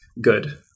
good